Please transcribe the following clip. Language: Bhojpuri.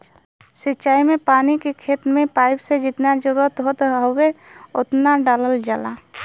सिंचाई में पानी खेत में पाइप से जेतना जरुरत होत हउवे ओतना डालल जाला